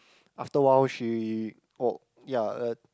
after awhile she oh ya uh